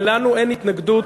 לנו אין התנגדות,